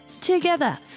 together